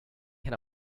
can